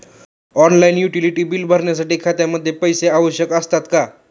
Online utility बिले भरण्यासाठी खात्यामध्ये पैसे आवश्यक असतात का?